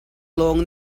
lawng